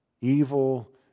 evil